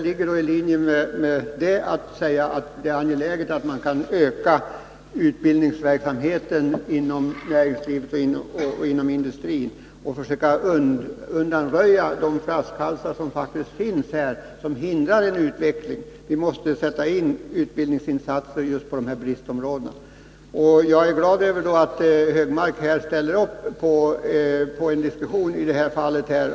I linje med detta kan sägas att det är angeläget att man kan utöka utbildningsverksamheten inom näringslivet och industrin samt att man försöker undanröja de flaskhalsar som faktiskt finns här och som hindrar en utveckling. Vi måste göra utbildningsinsatser just på de här bristområdena. Jag är glad över att Anders Högmark ställer upp på en diskussion i det här fallet.